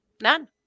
None